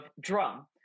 drum